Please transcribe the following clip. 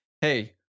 hey